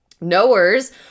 Knowers